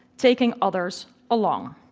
taking others along?